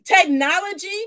technology